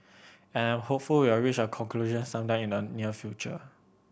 I'm hopeful we will reach a conclusion some time in the near future